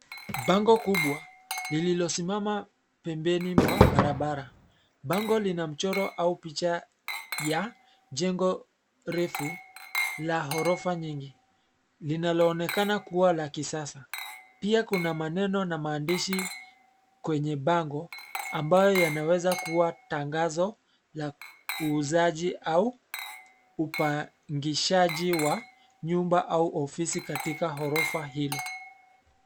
Bango kubwa lililosimama pembeni mwa barabara. Bango lina mchoro au picha ya jengo refu la ghorofa nyingi linaloonekana kuwa la kisasa. Pia kuna maneno na maandishi kwenye bango ambayo yanaweza kuwa tangazo la uuzaji au upangishaji wa nyumba au ofisi katika ghorofa hilo.